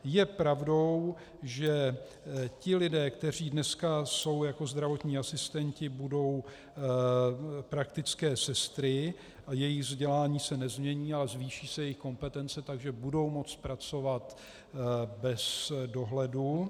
Je pravdou, že ti lidé, kteří dneska jsou jako zdravotní asistenti, budou praktické sestry a jejich vzdělání se nezmění a zvýší se jejich kompetence, takže budou moci pracovat bez dohledu.